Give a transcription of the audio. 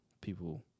people